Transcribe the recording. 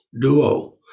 duo